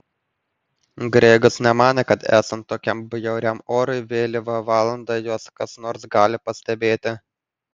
gregas nemanė kad esant tokiam bjauriam orui vėlyvą valandą juos kas nors gali pastebėti